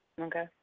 Okay